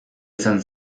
izan